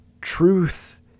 Truth